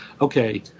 okay